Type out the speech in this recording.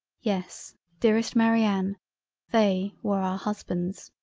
yes dearest marianne they were our husbands.